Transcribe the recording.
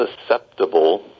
susceptible